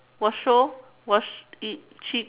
watch show watch eat chip